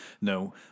No